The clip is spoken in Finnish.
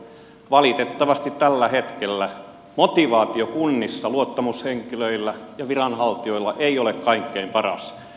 valitettavasti tällä hetkellä motivaatio kunnissa luottamushenkilöillä ja viranhaltijoilla ei ole kaikkein paras